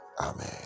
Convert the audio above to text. Amen